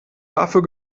dafür